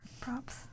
props